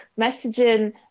messaging